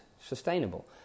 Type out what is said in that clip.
sustainable